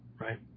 right